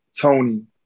Tony